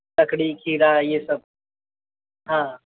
ककड़ी खीरा यह सब हाँ